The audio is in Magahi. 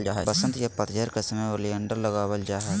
वसंत या पतझड़ के समय ओलियंडर लगावल जा हय